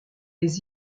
les